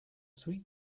sweet